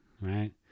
right